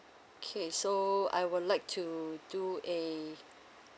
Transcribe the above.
okay so I would like to do a